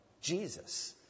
Jesus